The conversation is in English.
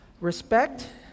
respect